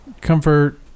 comfort